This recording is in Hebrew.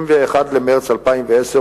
21 במרס 2010,